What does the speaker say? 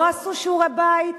לא עשו שיעורי-בית,